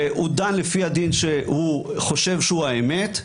והוא דן לפי הדין שהוא חושב שהוא האמת.